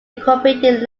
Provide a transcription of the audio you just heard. incorporated